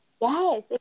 Yes